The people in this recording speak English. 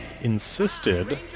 insisted